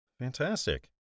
Fantastic